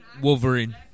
Wolverine